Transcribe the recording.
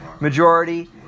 majority